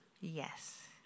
Yes